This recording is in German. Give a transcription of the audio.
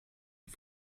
die